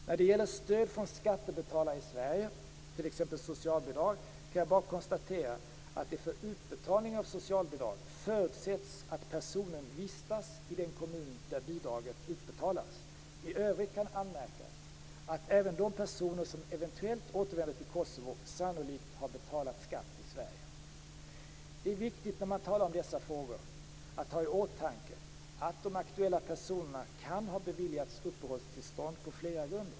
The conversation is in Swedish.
När det gäller stöd från skattebetalare i Sverige, t.ex. socialbidrag, kan jag bara konstatera att det för utbetalning av socialbidrag förutsätts att personen vistas i den kommun där bidraget utbetalas. I övrigt kan anmärkas att även de personer som eventuellt återvänder till Kosovo sannolikt har betalat skatt i Det är viktigt, när man talar om dessa frågor, att ha i åtanke att de aktuella personerna kan ha beviljats uppehållstillstånd på flera grunder.